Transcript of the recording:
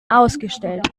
ausgestellt